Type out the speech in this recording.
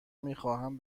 میخواهم